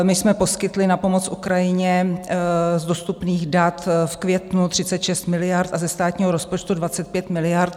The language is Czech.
My jsme poskytli na pomoc Ukrajině z dostupných dat v květnu 36 miliard a ze státního rozpočtu 25 miliard.